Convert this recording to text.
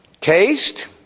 taste